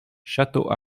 château